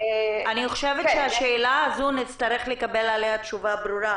אני חושבת שנצטרך לקבל תשובה ברורה